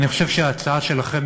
אני חושב שההצעה שלכם,